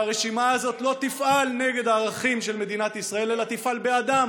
והרשימה הזאת לא תפעל נגד הערכים של מדינת ישראל אלא תפעל בעדם,